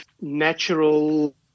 natural